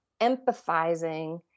empathizing